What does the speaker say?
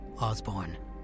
Osborne